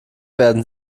werden